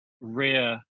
rare